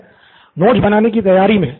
Nitin notes बनाने कि तैयारी में